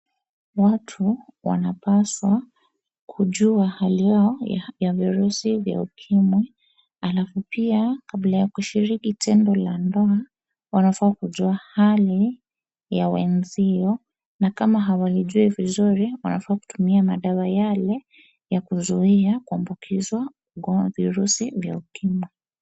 Watu wanapaswa kujua hali yao ya virusi vya ukimwi alafu pia kabla ya kushiriki tendo la ndoa wanafaa kujua hali ya wenzio na kama hawaijui vizuri wanafaa kutumia madawa yale ya kuzuia kuambukizwa ugonjwa wa virusi vya ukimwi.